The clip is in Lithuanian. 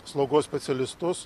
slaugos specialistus